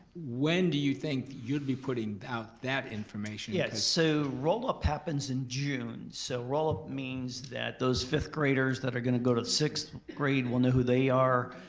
when do you think you'd be putting out that information cause yeah, so roll up happens in june so roll up means that those fifth graders that are gonna go to sixth grade, we'll know who they are,